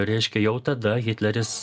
reiškia jau tada hitleris